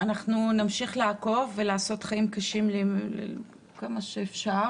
נמשיך לעקוב ולעשות חיים קשים כמה שאפשר